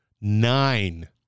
nine